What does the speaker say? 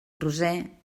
roser